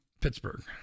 Pittsburgh